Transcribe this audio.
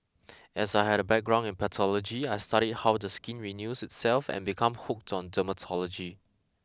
as I had a background in pathology I studied how the skin renews itself and become hooked on dermatology